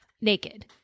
naked